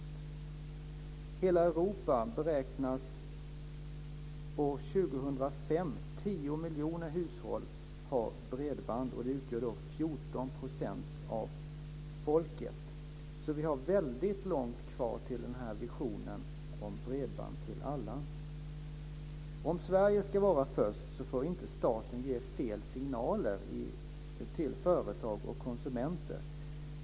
I hela Europa beräknas år 2005 10 av befolkningen. Vi har alltså väldigt långt kvar till visionen bredband till alla. Om Sverige ska vara först får staten inte ge fel signaler till företag och konsumenter.